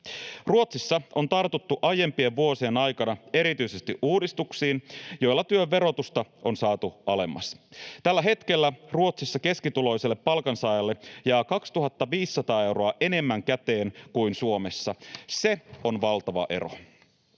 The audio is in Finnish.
Ruotsissa on tartuttu aiempien vuosien aikana erityisesti uudistuksiin, joilla työn verotusta on saatu alemmas. Tällä hetkellä Ruotsissa keskituloiselle palkansaajalle jää 2 500 euroa enemmän käteen kuin Suomessa. Se on valtava ero.